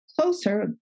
closer